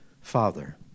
Father